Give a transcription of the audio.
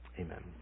Amen